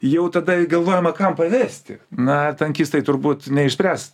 jau tada galvojama kam pavesti na tankistai turbūt neišspręs